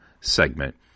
segment